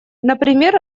например